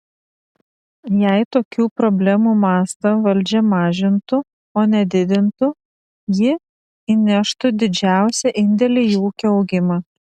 jei tokių problemų mastą valdžia mažintų o ne didintų ji įneštų didžiausią indėlį į ūkio augimą